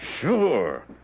Sure